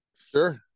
sure